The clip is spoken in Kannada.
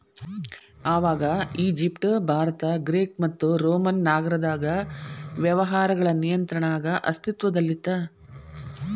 ಆವಾಗ ಈಜಿಪ್ಟ್ ಭಾರತ ಗ್ರೇಕ್ ಮತ್ತು ರೋಮನ್ ನಾಗರದಾಗ ವ್ಯವಹಾರಗಳ ನಿಯಂತ್ರಣ ಆಗ ಅಸ್ತಿತ್ವದಲ್ಲಿತ್ತ